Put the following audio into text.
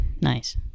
nice